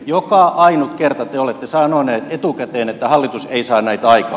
joka ainut kerta te olette sanoneet etukäteen että hallitus ei saa näitä aikaan